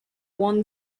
won